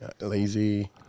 Lazy